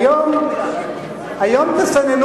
היום תסננו